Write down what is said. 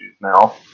now